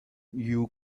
you